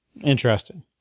Interesting